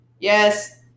Yes